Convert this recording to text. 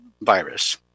virus